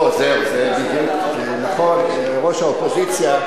או, זהו, זה בדיוק נכון, ראש האופוזיציה.